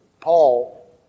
Paul